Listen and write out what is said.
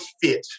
fit